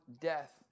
death